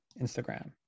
Instagram